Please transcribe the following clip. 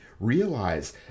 realize